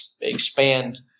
expand